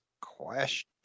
question